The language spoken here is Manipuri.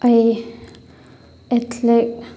ꯑꯩ ꯑꯦꯊꯂꯦꯠ